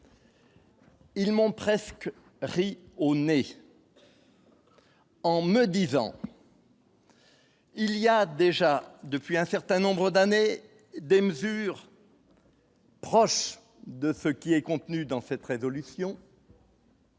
Ils m'ont presque ri au nez. En me disant. Il y a déjà depuis un certain nombre d'années des mesures. Proche de ce qui est contenu dans cette révolution.